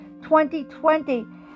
2020